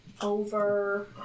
over